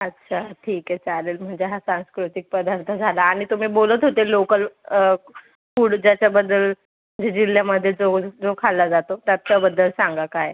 अच्छा ठीक आहे चालेल म्हणजे हा सांस्कृतिक पदार्थ झाला आणि तुम्ही बोलत होते लोकल फूड ज्याच्याबद्दल जिल्ह्यामध्ये जो जो खाल्ला जातो त्याच्याबद्दल सांगा काय